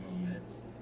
moments